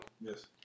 Yes